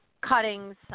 cuttings